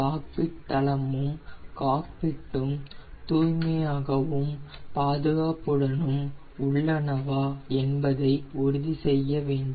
cockpit தளமும் காக்பிட்டும் தூய்மையாகவும் பாதுகாப்புடனும் உள்ளனவா என்பதை உறுதி செய்ய வேண்டும்